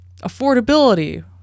affordability